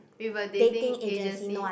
with a dating agency